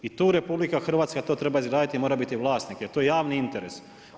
I tu RH to treba izgraditi i mora biti vlasnik jer je to javni interes.